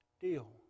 deal